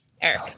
Eric